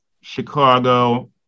Chicago